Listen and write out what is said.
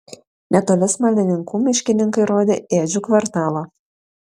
netoli smalininkų miškininkai rodė ėdžių kvartalą